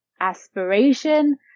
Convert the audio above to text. aspiration